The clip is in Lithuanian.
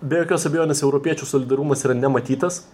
be jokios abejonės europiečių solidarumas yra nematytas